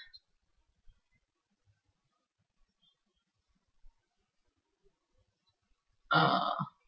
uh